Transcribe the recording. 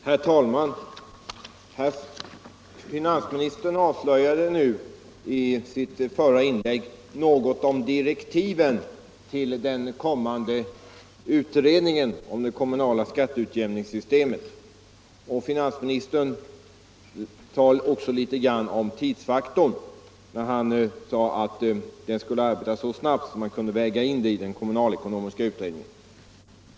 Herr talman! Finansministern avslöjade i sitt senaste inlägg något om direktiven till den kommande utredningen om det kommunala skatteutjämningssystemet och talade också litet om tidsfaktorn, när han sade att utredningen skulle arbeta så snabbt att resultatet kunde vägas in i den kommunalekonomiska utredningen.